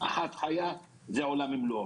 אחת חיה זה עולם ומלואו.